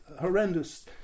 horrendous